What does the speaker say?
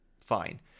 Fine